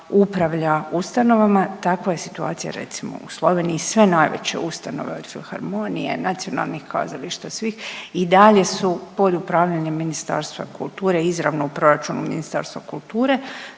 upravlja ustanovama, takva je situacija, recimo u Sloveniji, sve najveće ustanove, od filharmonije, nacionalnih kazališta, svih i dalje su pod upravljanjem ministarstva kulture, izravno u proračunu ministarstva kulture,